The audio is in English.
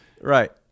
Right